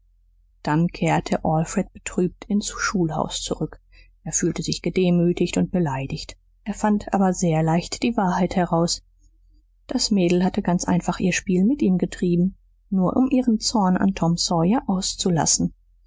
dann kehrte alfred betrübt ins schulhaus zurück er fühlte sich gedemütigt und beleidigt er fand aber sehr leicht die wahrheit heraus das mädel hatte ganz einfach ihr spiel mit ihm getrieben nur um ihren zorn an tom sawyer auszulassen